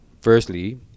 Firstly